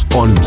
on